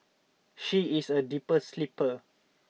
she is a deeper sleeper